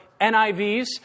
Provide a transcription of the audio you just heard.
NIVs